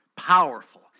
Powerful